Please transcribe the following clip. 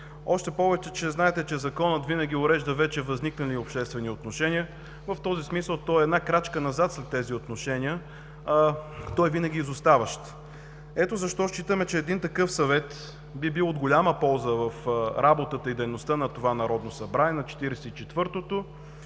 Още повече, знаете, че законът винаги урежда вече възникнали обществени отношения. В този смисъл той е една крачка назад в тези отношения, той винаги е изоставащ. Ето защо считаме, че един такъв Съвет би бил от голяма полза в работата и дейността на това Народно събрание,